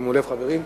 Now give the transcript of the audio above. תשימו לב, חברים.